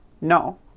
No